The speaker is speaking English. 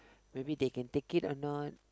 maybe they can take it or not